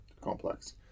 complex